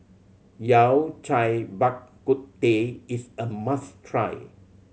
Yao Cai Bak Kut Teh is a must try